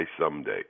someday